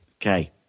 Okay